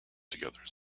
together